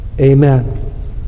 amen